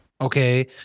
okay